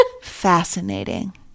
Fascinating